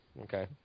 Okay